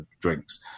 drinks